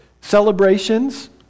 celebrations